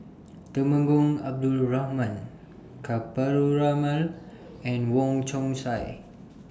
Temenggong Abdul Rahman Ka Perumal and Wong Chong Sai